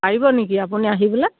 পাৰিব নেকি আপুনি আহিবলে